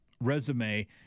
resume